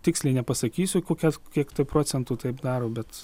tiksliai nepasakysiu kokias kiek procentų taip daro bet